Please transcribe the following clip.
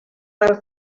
del